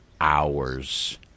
hours